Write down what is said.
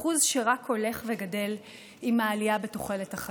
אחוז שרק הולך וגדל עם העלייה בתוחלת החיים.